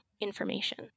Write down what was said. information